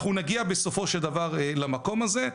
אנחנו נגיע בסופו של דבר למקום הזה,